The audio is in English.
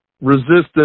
resistance